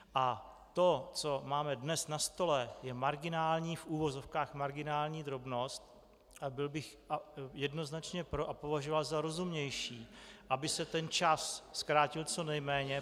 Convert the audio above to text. A to, co máme dnes na stole, je marginální, v uvozovkách marginální drobnost a byl bych jednoznačně pro a považoval za rozumnější, aby se ten čas zkrátil co nejméně (?).